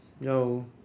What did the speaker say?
No